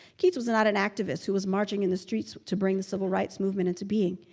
keats was not an activist who was marching in the streets to bring the civil rights movement into being.